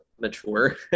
mature